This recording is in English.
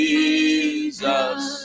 Jesus